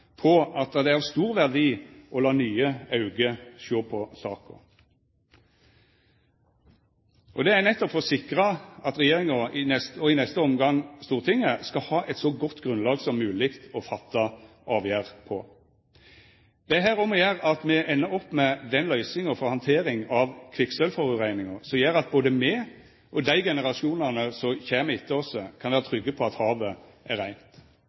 på at det er av stor verdi å la nye auge sjå på saka. Det er nettopp for å sikra at regjeringa, og i neste omgang Stortinget, skal ha eit så godt grunnlag som mogleg å fatta avgjerd på. Det er her om å gjera at me endar opp med den løysinga for handtering av kvikksølvforureininga som gjer at både me og dei generasjonane som kjem etter oss, kan vera trygge på at havet er reint.